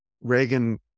Reagan